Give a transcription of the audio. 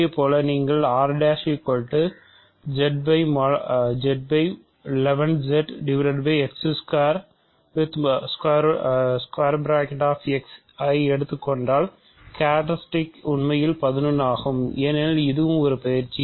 இதேபோல் நீங்கள் R ஆக எடுத்துக் கொண்டால் கேரக்ட்ரிஸ்டிக் உண்மையில் 11 ஆகும் ஏனெனில் இதுவும் ஒரு பயிற்சி